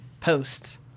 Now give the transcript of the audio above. posts